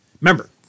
Remember